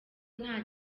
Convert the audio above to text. nta